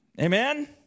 Amen